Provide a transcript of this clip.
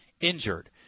injured